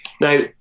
now